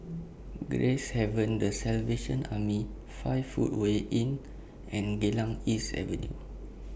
Gracehaven The Salvation Army five Footway Inn and Geylang East Avenue